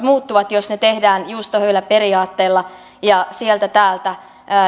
muuttuvat jos ne tehdään juustohöyläperiaatteella ja sieltä täältä